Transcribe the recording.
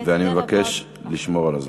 כן, ואני מבקש לשמור על הזמן.